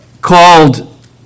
called